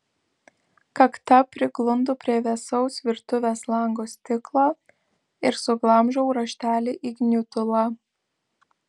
kakta priglundu prie vėsaus virtuvės lango stiklo ir suglamžau raštelį į gniutulą